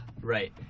Right